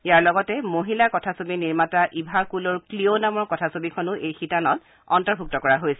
ইয়াৰ লগতে মহিলা কথাছবি নিৰ্মাতা ইভা কুলৰ ক্লিঅ' নামৰ কথাছবিখনো এই শিতানত চামিল কৰা হৈছে